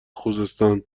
خوزستان